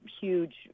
huge